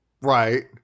Right